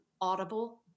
audible